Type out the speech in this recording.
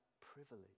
privilege